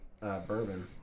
bourbon